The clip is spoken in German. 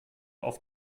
auf